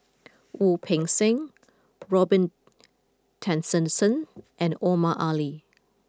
Wu Peng Seng Robin Tessensohn and Omar Ali